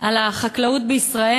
על החקלאות בישראל.